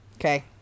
Okay